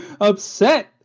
upset